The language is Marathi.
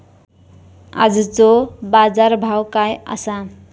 आजचो बाजार भाव काय आसा?